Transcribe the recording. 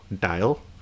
dial